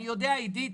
אני יודע עידית,